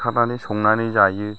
बुथारनानै संनानै जायो